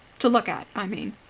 to look at, i mean.